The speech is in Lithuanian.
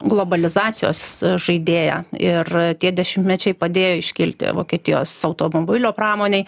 globalizacijos žaidėja ir tie dešimtmečiai padėjo iškilti vokietijos automobilių pramonei